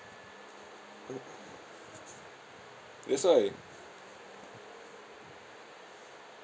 uh that's why